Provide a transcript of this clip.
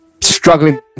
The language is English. struggling